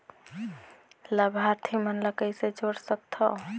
लाभार्थी मन ल कइसे जोड़ सकथव?